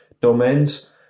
domains